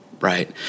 Right